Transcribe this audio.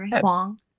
Huang